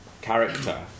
character